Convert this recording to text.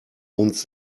owns